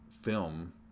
film